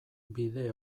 bide